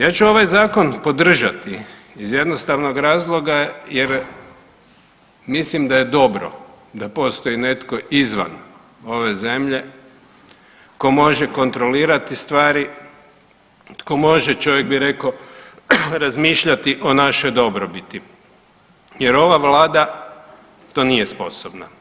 Ja ću ovaj zakon podržati iz jednostavnog razloga jer mislim da je dobro da postoji netko izvan ove zemlje tko može kontrolirati stvari, tko može čovjek bi rekao razmišljati o našoj dobrobiti, jer ova Vlada to nije sposobna.